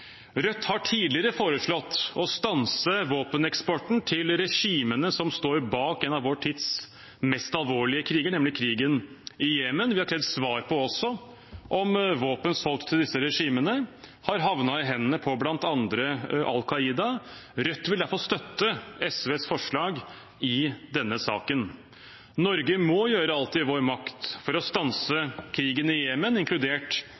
Rødt har tidligere foreslått å stanse våpeneksporten til regimene som står bak en av vår tids mest alvorlige kriger, nemlig krigen i Jemen. Vi har også krevd svar på om våpen solgt til disse regimene har havnet i hendene på bl.a. Al Qaida. Rødt vil derfor støtte SVs forslag i denne saken. Norge må gjøre alt i vår makt for å stanse krigen i Jemen, inkludert